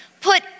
Put